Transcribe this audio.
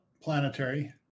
planetary